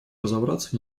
разобраться